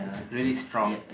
is really strong